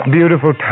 Beautiful